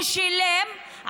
הוא שילם,